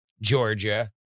Georgia